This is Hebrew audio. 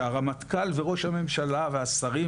שהרמטכ"ל וראש הממשלה והשרים,